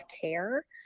care